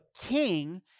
king